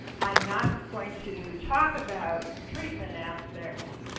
i'm not going to talk about treatment aspects